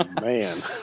man